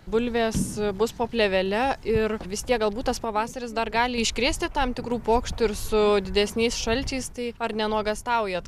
bulvės bus po plėvele ir vis tiek galbūt tas pavasaris dar gali iškrėsti tam tikrų pokštų ir su didesniais šalčiais tai ar nenuogąstaujat